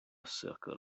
circle